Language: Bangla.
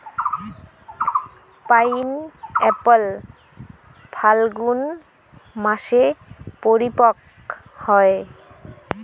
পাইনএপ্পল ফাল্গুন মাসে পরিপক্ব হয়